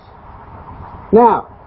Now